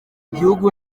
gihugu